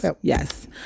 Yes